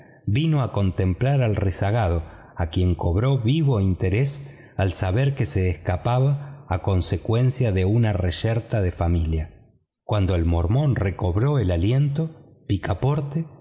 vino a contemplar al rezagado a quien cobró vivo interés al saber que se escapaba a consecuencia de una reyerta de familia cuando el mormón recobró el aliento picaporte